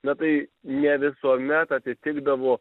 na tai ne visuomet atitikdavo